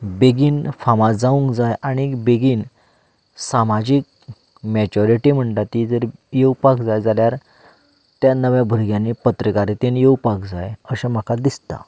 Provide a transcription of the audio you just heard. बेगीन फामाद जावंक जाय आनी बेगीन सामाजीक मॅजोरिटी म्हणटा ती जर येवपाक जाय जाल्यार त्या नव्या भुरग्यांनी पत्रकारीतेंत येवपाक जाय अशें म्हाका दिसता